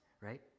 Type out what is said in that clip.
right